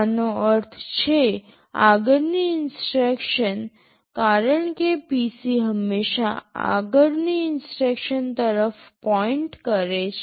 આનો અર્થ છે આગળની ઇન્સટ્રક્શન કારણ કે PC હંમેશાં આગળની ઇન્સટ્રક્શન તરફ પોઈન્ટ કરે છે